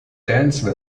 dance